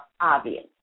obvious